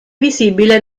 visibile